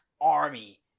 army